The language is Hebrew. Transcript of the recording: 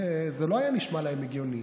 וזה לא היה נשמע להם הגיוני